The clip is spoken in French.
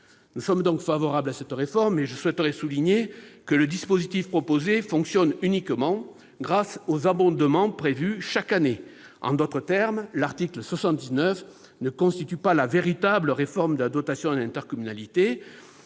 Nous sommes donc favorables à cette réforme, mais je souhaiterais souligner que le dispositif proposé fonctionne uniquement grâce aux abondements prévus chaque année. En d'autres termes, l'article 79 ne constitue pas la « véritable » réforme de la dotation d'intercommunalité.